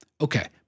Okay